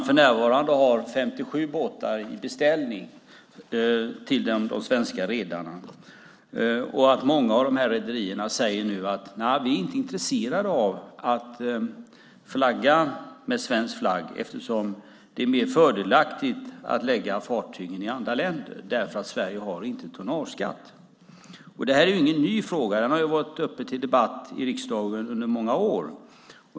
För närvarande har man en beställning på 57 båtar till de svenska redarna. Många av de här rederierna säger nu: Vi är inte intresserade av att flagga med svensk flagg eftersom det är mer fördelaktigt att lägga fartygen i andra länder därför att Sverige inte har tonnageskatt. Det här är ju ingen ny fråga. Den har varit uppe till debatt i riksdagen under många år.